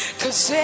Cause